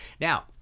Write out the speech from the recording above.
now